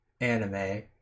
anime